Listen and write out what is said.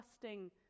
trusting